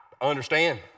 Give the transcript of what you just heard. understand